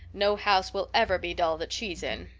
no house will ever be dull that she's in.